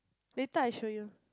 later I show you